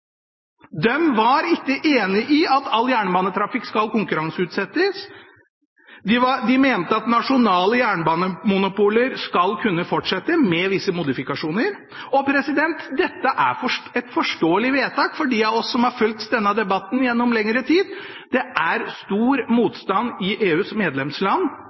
var ikke enig i at all jernbanetrafikk skal konkurranseutsettes. De mente at nasjonale jernbanemonopoler skal kunne fortsette med visse modifikasjoner. Og dette er et forståelig vedtak for dem av oss som har fulgt denne debatten gjennom lengre tid. Det er stor motstand i EUs medlemsland